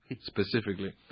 specifically